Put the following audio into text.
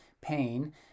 pain